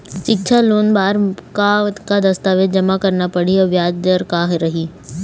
सिक्छा लोन बार का का दस्तावेज जमा करना पढ़ही अउ ब्याज दर का रही?